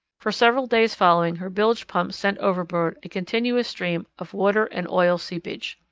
for several days following her bilge pumps sent overboard continuous stream of water and oil seepage.